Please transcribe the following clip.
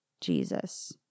Jesus